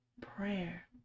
prayer